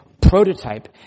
prototype